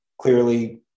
clearly